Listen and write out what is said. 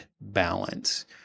balance